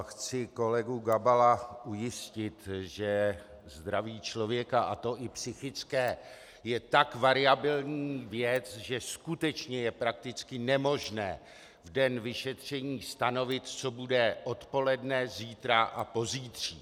Chci kolegu Gabala ujistit, že zdraví člověka, a to i psychické, je tak variabilní věc, že skutečně je prakticky nemožné v den vyšetření stanovit, co bude odpoledne, zítra a pozítří.